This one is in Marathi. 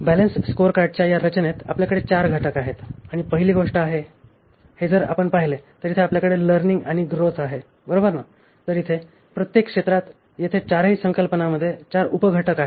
बॅलन्सड स्कोअरकार्डच्या या रचनेत आपल्याकडे चार घटक आहेत आणि पहिली गोष्ट आहे हे जर आपण पाहिले तर इथे आपल्याकडे लर्निंग आणि ग्रोथ आहे बरोबर ना तर इथे प्रत्येक क्षेत्रात येथे चारही संकल्पनांमध्ये चार उप घटक आहेत